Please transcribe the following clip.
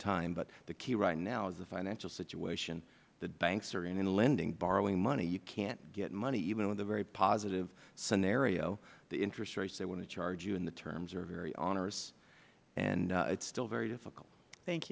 time but the key right now is the financial situation that banks are in in lending borrowing money you can't get money even with a very positive scenario the interest rates they want to charge you and the terms are very onerous and it is still very difficult